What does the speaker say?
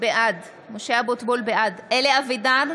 בעד אלי אבידר,